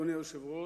אדוני היושב-ראש,